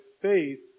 faith